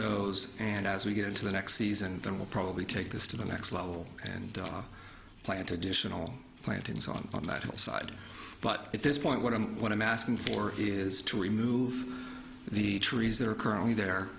those and as we get into the next season then we'll probably take this to the next level and plant additional plantings on that side but at this point what i'm what i'm asking for is to remove the trees that are currently there